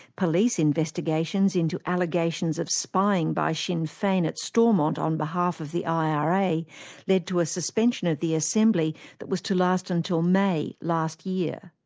police investigations into allegations of spying by sinn fein at stormont on behalf of the ira led to a suspension of the assembly that was to last until may last year.